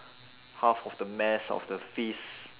half of the mass of the fist